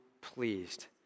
pleased